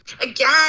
Again